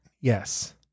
Yes